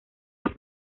las